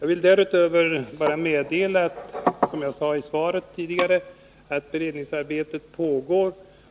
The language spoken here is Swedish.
Jag konstaterar sedan — som jag sade i svaret tidigare — att beredningsarbetet pågår.